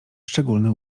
szczególny